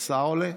בבקשה.